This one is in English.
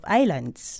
islands